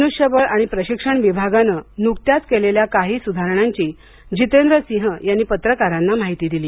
मनुष्यबळ आणि प्रशिक्षण विभागाने नुकत्याच केलेल्या काही सुधारणांची जितेंद्र सिंह यांनी पत्रकारांना माहिती दिली